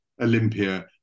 olympia